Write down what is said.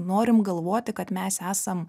norim galvoti kad mes esam